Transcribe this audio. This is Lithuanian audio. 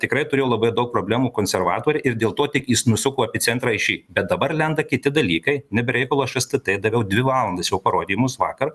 tikrai turėjo labai daug problemų konservatoriai ir dėl to tik jis nusuko epicentrą į šį bet dabar lenda kiti dalykai ne be reikalo aš stt daviau dvi valandas jau parodymus vakar